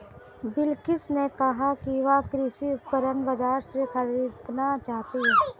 बिलकिश ने कहा कि वह कृषि उपकरण बाजार से खरीदना चाहती है